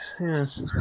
Yes